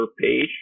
page